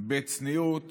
בצניעות